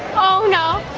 oh no,